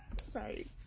Sorry